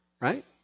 right